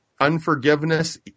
unforgiveness